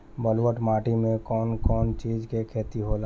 ब्लुअट माटी में कौन कौनचीज के खेती होला?